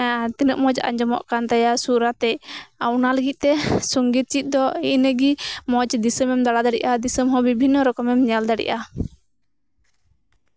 ᱦᱮᱸ ᱛᱤᱱᱟᱹᱜ ᱢᱚᱸᱡ ᱟᱸᱡᱚᱢᱚᱜ ᱠᱟᱱ ᱛᱟᱭᱟ ᱥᱩᱨ ᱟᱛᱮᱜ ᱚᱱᱟ ᱞᱟᱹᱜᱤᱫᱛᱮ ᱥᱚᱝᱜᱤᱛ ᱪᱮᱫ ᱫᱚ ᱤᱱᱟᱹᱜᱮ ᱢᱚᱸᱡ ᱫᱤᱥᱚᱢ ᱮᱢ ᱫᱟᱲᱟ ᱫᱟᱲᱮᱭᱟᱜᱼᱟ ᱫᱤᱥᱚᱢ ᱦᱚᱸ ᱵᱤᱵᱷᱤᱱᱱᱚ ᱚᱠᱚᱢ ᱮᱢ ᱧᱮᱞ ᱫᱟᱲᱮᱭᱟᱜᱼᱟ